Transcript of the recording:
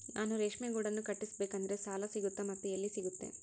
ನಾನು ರೇಷ್ಮೆ ಗೂಡನ್ನು ಕಟ್ಟಿಸ್ಬೇಕಂದ್ರೆ ಸಾಲ ಸಿಗುತ್ತಾ ಮತ್ತೆ ಎಲ್ಲಿ ಸಿಗುತ್ತೆ?